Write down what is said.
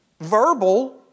verbal